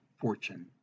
Fortune